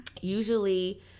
Usually